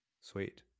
Sweet